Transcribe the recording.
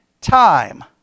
time